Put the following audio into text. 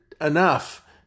enough